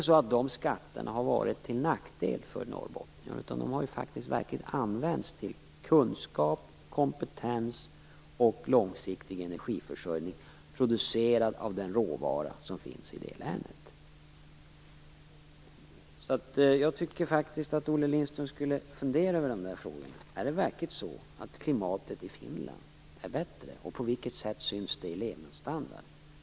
Skatterna har alltså inte varit till nackdel för Norrbotten, utan de har verkligen använts till kunskap, kompetens och långsiktig energiförsörjning, producerad av den råvara som finns i länet. Jag tycker faktiskt att Olle Lindström borde fundera över dessa frågor. Är verkligen klimatet i Finland bättre? På vilket sätt syns det i levnadsstandarden?